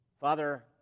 Father